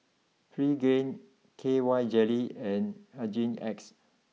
Pregain K Y Jelly and Hygin X